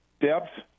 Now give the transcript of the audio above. depth